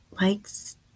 likes